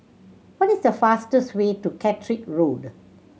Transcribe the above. what is the fastest way to Catterick Road